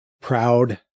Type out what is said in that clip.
proud